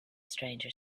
stranger